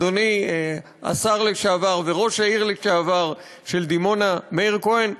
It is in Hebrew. אדוני השר לשעבר וראש העיר לשעבר של דימונה מאיר כהן,